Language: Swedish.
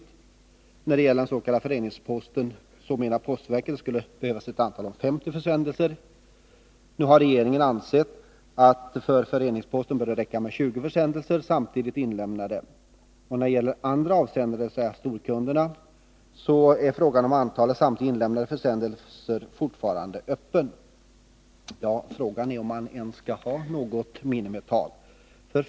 Och när det gäller den s.k. föreningsposten menar postverket att det skulle behövas ett antal av 50 försändelser. Nu har regeringen uttalat att det för föreningsposten bör räcka med 20 samtidigt inlämnade försändelser. Beträffande andra avsändare, dvs. storkunderna, är frågan om antalet samtidigt inlämnade försändelser fortfarande öppen. Ja, vad det gäller är om man ens skall ha något minimiantal.